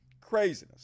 Craziness